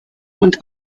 und